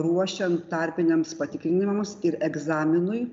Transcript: ruošian tarpiniams patikrinimams ir egzaminui